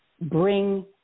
bring